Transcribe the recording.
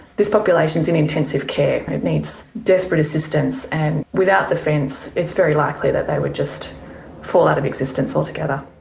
this population is in intensive care and it needs desperate assistance, and without the fence it's very likely that they would just fall out of existence altogether.